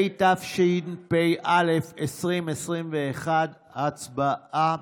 התשפ"א 2021, הצבעה.